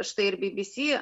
štai ir bi bi si